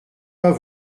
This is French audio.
pas